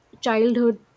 childhood